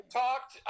talked